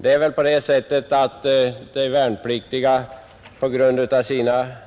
Det är väl så att de värnpliktiga på grund av